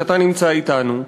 שאתה נמצא אתנו,